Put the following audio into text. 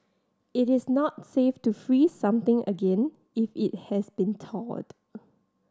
it is not safe to free something again if it has been thawed